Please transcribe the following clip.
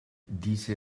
diese